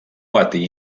pati